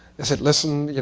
they said, listen. yeah